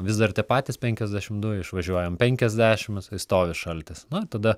vis dar tie patys penkiasdešimt du išvažiuojam penkiasdešimt stovi šaltis nu tada